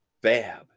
Bab